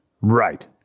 Right